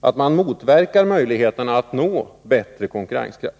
att man motverkar möjligheterna att nå bättre konkurrenskraft.